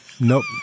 Nope